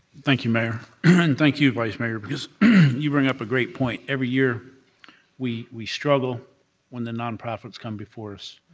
thank you, mayor, and thank you, vice mayor, because you bring up a great point. every year we we struggle when the nonprofits come before us.